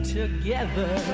together